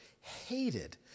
hated